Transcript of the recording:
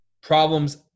Problems